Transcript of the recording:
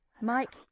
Mike